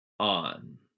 on